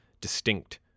distinct